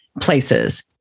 places